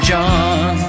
John